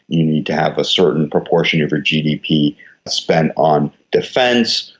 you need to have a certain proportion of your gdp spent on defence,